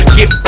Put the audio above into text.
Get